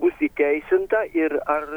bus įteisinta ir ar